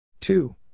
Two